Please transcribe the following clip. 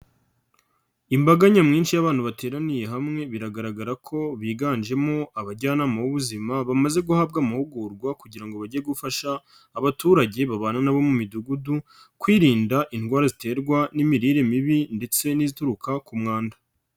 Imbaga nyamwinshi y'abantu bateraniye hamwe biragaragara ko biganjemo abajyanama b'ubuzima, bamaze guhabwa amahugurwa kugira ngo bajye gufasha abaturage babana nabo mu midugudu, kwirinda indwara ziterwa n'imirire mibi ndetse n'izituruka ku mwanda.